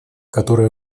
которая